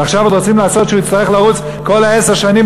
ועכשיו עוד רוצים לעשות שהוא יצטרך לרוץ כל עשר שנים,